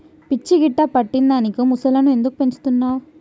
పిచ్చి గిట్టా పట్టిందా నీకు ముసల్లను ఎందుకు పెంచుతున్నవ్